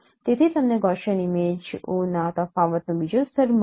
તેથી તમને ગૌસીયન ઇમેજઓના તફાવતનો બીજો સ્તર મળશે